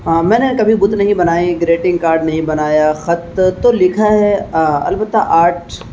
ہاں میں نے کبھی بت نہیں بنائی گریٹنگ کارڈ نہیں بنایا خط تو لکھا ہے البتہ آرٹ